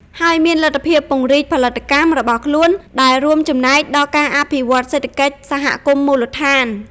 ហើយមានលទ្ធភាព ពង្រីកផលិតកម្ម របស់ខ្លួន ដែលរួមចំណែកដល់ការអភិវឌ្ឍន៍សេដ្ឋកិច្ចសហគមន៍មូលដ្ឋាន។